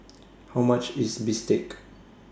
How much IS Bistake